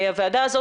הוועדה הזאת,